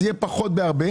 זה היה הרבה פחות זמן,